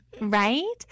right